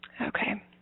Okay